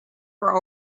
were